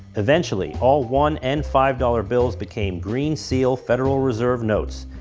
eventually, all one and five dollar bills became green seal federal reserve notes,